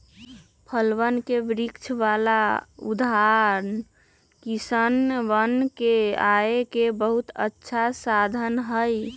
फलवन के वृक्ष वाला उद्यान किसनवन के आय के बहुत अच्छा साधन हई